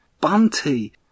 Bunty